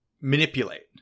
manipulate